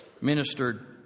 ministered